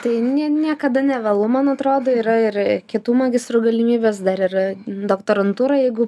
tai nie niekada nevėlu man atrodo yra ir kitų magistrų galimybės dar ir doktorantūra jeigu